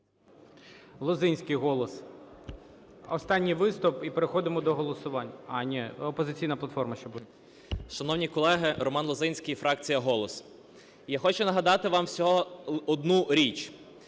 Лозинський, "Голос". Останній виступ і переходимо до голосувань. А, ні, "Опозиційна платформа" ще буде. 10:55:06 ЛОЗИНСЬКИЙ Р.М. Шановні колеги! Роман Лозинський, фракція "Голос". Я хочу нагадати вам всього одну річ.